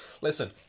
Listen